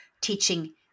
teaching